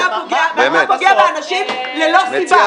זה היה פוגע באנשים ללא סיבה.